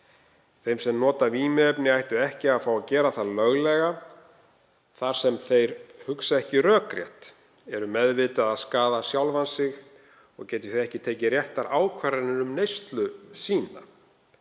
Þeir sem nota vímuefni ættu ekki að fá að gera það löglega þar sem þeir hugsa ekki rökrétt, eru meðvitað að skaða sjálfa sig og geta því ekki tekið réttar ákvarðanir um neyslu sína.